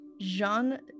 Jean